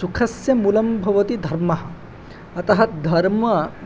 सुखस्य मूलं भवति धर्मः अतः धर्म